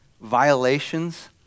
violations